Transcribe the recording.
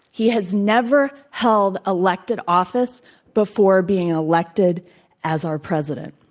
he has never held elected office before being elected as our president.